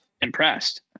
impressed